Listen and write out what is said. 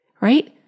right